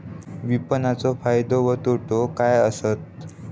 विपणाचो फायदो व तोटो काय आसत?